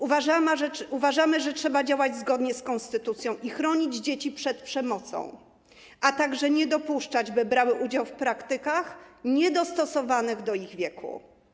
Uważamy, że należy działać zgodnie z konstytucją i chronić dzieci przed przemocą, a także nie dopuszczać, by brały udział w praktykach niedostosowanych do ich wieku.